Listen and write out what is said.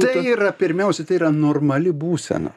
tai yra pirmiausia tai yra normali būsena